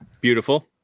Beautiful